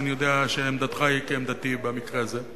ואני יודע שעמדתך היא כעמדתי במקרה הזה,